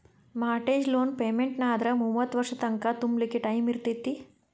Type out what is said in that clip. mortgage loan ಪೆಮೆನ್ಟಾದ್ರ ಮೂವತ್ತ್ ವರ್ಷದ್ ತಂಕಾ ತುಂಬ್ಲಿಕ್ಕೆ ಟೈಮಿರ್ತೇತಿ